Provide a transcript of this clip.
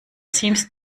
seems